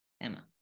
Emma